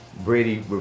Brady